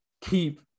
keep